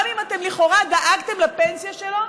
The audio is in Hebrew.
גם אם אתם לכאורה דאגתם לפנסיה שלו,